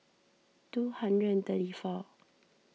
two hundred and thirty four